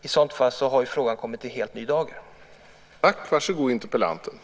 I så fall har frågan kommit i en helt ny dager.